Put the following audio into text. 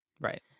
right